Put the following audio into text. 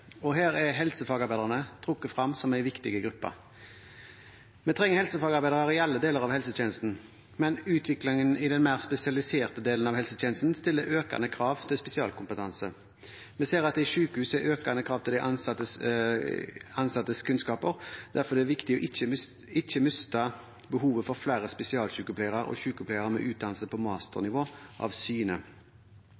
Her er helsefagarbeiderne trukket frem som en viktig gruppe. Vi trenger helsefagarbeidere i alle deler av helsetjenesten, men utviklingen i den mer spesialiserte delen av helsetjenesten stiller økende krav til spesialkompetanse. Vi ser at det i sykehus er økende krav til de ansattes kunnskaper, derfor er det viktig ikke å miste behovet for flere spesialsykepleiere og sykepleiere med utdannelse på